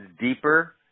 deeper